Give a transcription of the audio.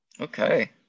Okay